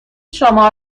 شما